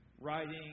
writing